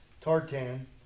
Tartan